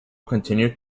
continued